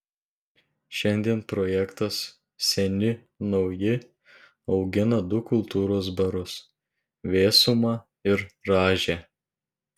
šiandien projektas seni nauji augina du kultūros barus vėsumą ir rąžę